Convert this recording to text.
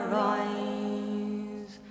rise